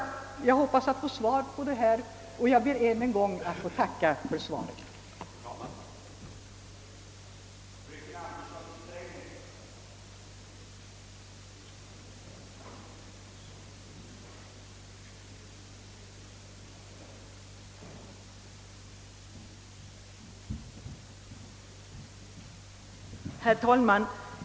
höjning Jag hoppas få svar på min fråga och ber att än en gång få tacka för interpellationssvaret.